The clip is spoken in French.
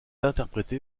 interprété